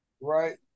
right